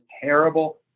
terrible